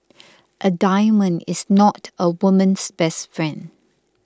a diamond is not a woman's best friend